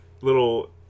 little